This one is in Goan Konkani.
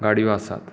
गाडयो आसात